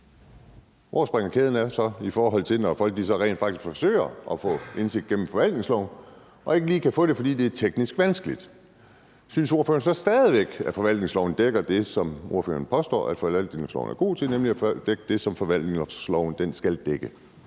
Hvor er det så kæden falder af, når folk rent faktisk forsøger at få indsigt gennem forvaltningsloven, men ikke lige kan få det, fordi det er teknisk vanskeligt? Synes ordføreren så stadig væk, at forvaltningsloven dækker det, som ordføreren påstår forvaltningsloven er god til, nemlig at dække det, som forvaltningsloven skal dække?